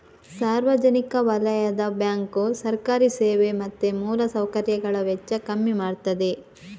ಸಾರ್ವಜನಿಕ ವಲಯದ ಬ್ಯಾಂಕು ಸರ್ಕಾರಿ ಸೇವೆ ಮತ್ತೆ ಮೂಲ ಸೌಕರ್ಯಗಳ ವೆಚ್ಚ ಕಮ್ಮಿ ಮಾಡ್ತದೆ